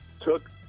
took